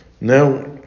now